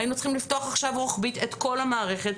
היינו צריכים לפתוח עכשיו רוחבית את כל המערכת.